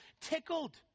tickled